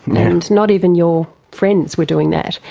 and not even your friends were doing that.